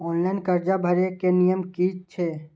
Online कर्जा भरे के नियम की छे?